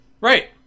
right